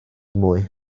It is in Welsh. mwy